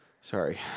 Sorry